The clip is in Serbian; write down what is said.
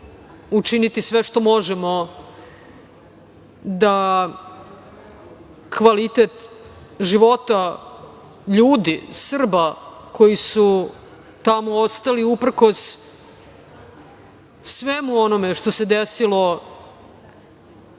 učiniti sve što možemo da kvalitet života ljudi, Srba koji su tamo ostali uprkos svemu onome što se desilo u